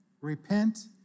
repent